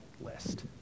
list